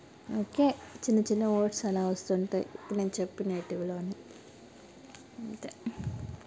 okay చిన్న చిన్న words అలా వస్తుంటాయి ఇప్పుడు నేను చెప్పిన వీటిలో అంతే